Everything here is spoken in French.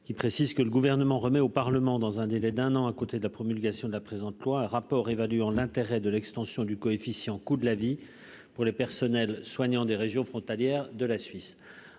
qui dispose :« Le Gouvernement remet au Parlement, dans un délai d'un an à compter de la promulgation de la présente loi, un rapport évaluant l'intérêt de l'extension du coefficient " coût de la vie " pour les personnels soignants des régions frontalières de la Suisse.